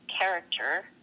character